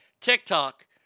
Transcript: TikTok